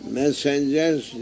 messengers